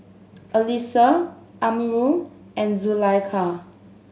Alyssa Amirul and Zulaikha